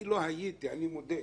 אני לא הייתי, אני מודה,